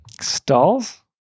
Stalls